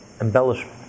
Embellishment